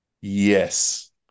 yes